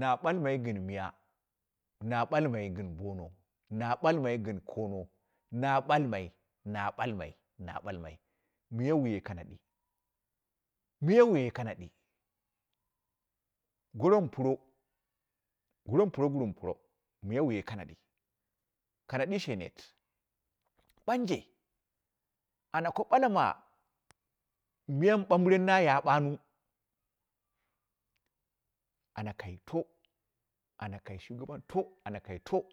Na balmai gɨn miya, na balmai gɨn bno na balmai gɨn kono, na balmai, na balma na balmai, miya wuye kanadi, miya wug kanadi, goro mɨ pro, gero proguru mɨ goro miya waye kanadi, kanadii she neet banje ana ko balama, moi bambɨren naya banu, ana kaito, ana kai shugaban to ana kai to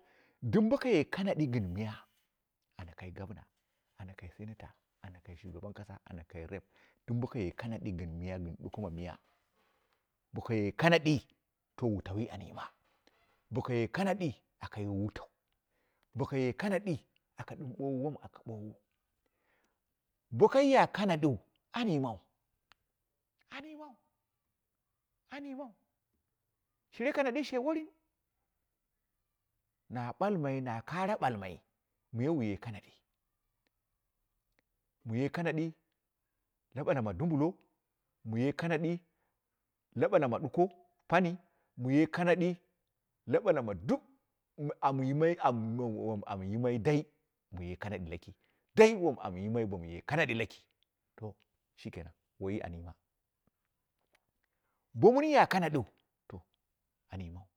dɨm bokaye kana di gɨn miya, ana kai gonna, ana kai senata, ana kai shugaban kasa, ana kai rep, dɨm bokaye kaudi gɨm miya gɨn goko ma miya, bokaye kanadii to wutauyi an yima, bokaye kanadi aka yiwu wutau, bokaye kanali ala dim bowu wom aka dim bowu. Bo kaiya kanadiu an yimau, an yimau, an yimau, shire kanadi she worin, na balmai na kare balmai miya wure kanadi, mute kanadi la balama dumbulo, muye kanadi la bulama ɗuko, pami, muye kanadi la bulama duk lamyimai la am yimai dai maye kanadi laki, dai wom amyimai bomuye kanadi laki to shkenan woi an yima, bo mɨnya kanadin to an yimuu.